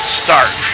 start